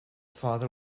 father